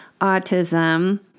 autism